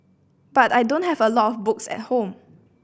but I don't have a lot of books at home